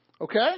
Okay